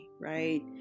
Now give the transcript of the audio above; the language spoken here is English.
right